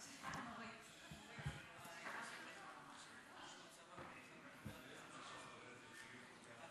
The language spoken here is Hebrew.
אדוני היושב-ראש, גברתי השרה, רשמת